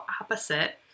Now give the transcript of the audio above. opposite